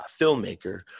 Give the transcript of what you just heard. filmmaker